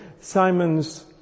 Simon's